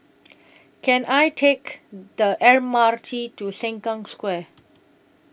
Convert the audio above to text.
Can I Take The M R T to Sengkang Square